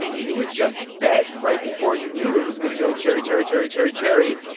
you would just bet right before you knew it was going to go cherry, cherry, cherry, cherry, cherry,